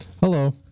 Hello